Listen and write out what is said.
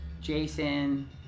Jason